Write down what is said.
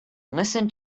listen